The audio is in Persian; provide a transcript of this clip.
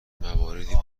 مواردی